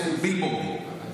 עשו בילבורד.